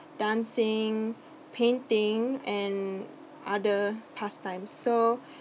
dancing painting and other pastimes so